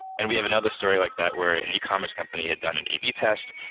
and we have another story like that where an e commerce company had done an a b test.